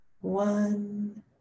one